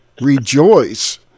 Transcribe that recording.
rejoice